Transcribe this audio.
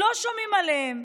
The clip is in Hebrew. לא שומעים עליהם.